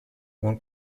one